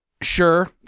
sure